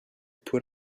put